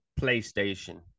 PlayStation